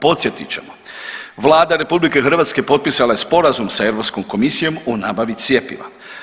Podsjetit ćemo, Vlada RH potpisala je sporazum sa Europskom komisijom o nabavi cjepiva.